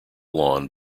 lawn